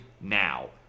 now